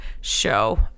show